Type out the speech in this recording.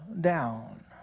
down